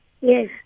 Yes